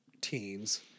teens